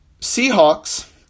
Seahawks